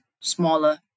smaller